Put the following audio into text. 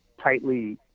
tightly